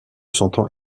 sentant